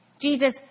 Jesus